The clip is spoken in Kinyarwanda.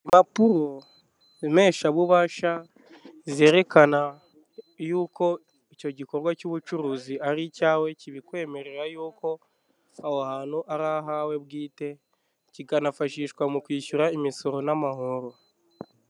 Impapuro mpeshabubasha zerekana y'uko icyo gikorwa cy'ubucuruzi ari icyawe kibikwemerera yuko aho hantu ari ahawe bwite, kikanafashishwa mu kwishyura imisoro n'amahoro.